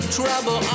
trouble